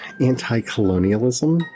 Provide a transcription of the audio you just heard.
anti-colonialism